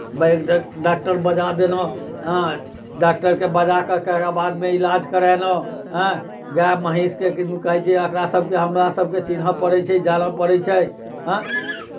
वैद्य डॉ डाक्टर बजा देलहुँ आँय डाक्टरके बजा करि कऽ तकरा बादमे इलाज करैलहुँ आँय गाय महीँसके किदन कहै छै एकरासभके हमरासभके चिन्हय पड़ै छै जानय पड़ै छै आँय